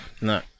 No